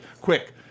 Quick